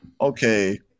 okay